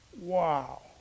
Wow